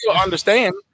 understand